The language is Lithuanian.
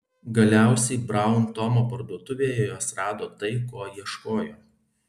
galiausiai braun tomo parduotuvėje jos rado tai ko ieškojo